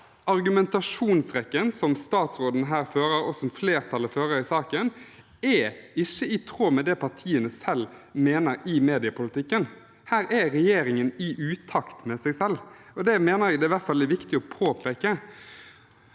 argumentasjonsrekken som statsråden her fører, og som flertallet fører i saken, er ikke i tråd med det partiene selv mener i mediepolitikken. Her er regjeringen i utakt med seg selv, og det mener jeg i hvert fall er viktig å påpeke.